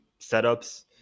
setups –